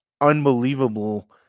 unbelievable